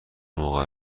موقع